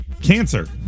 Cancer